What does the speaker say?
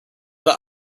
not